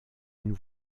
une